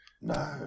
no